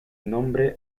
nombre